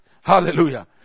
Hallelujah